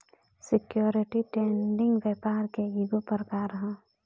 security trading व्यापार के ईगो प्रकार ह